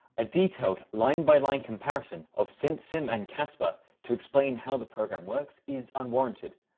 a detailed line-by-line comparison of scintsim and cassper to explain how the program works is unwarranted,